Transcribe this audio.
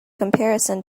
comparison